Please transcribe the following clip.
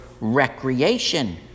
recreation